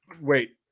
wait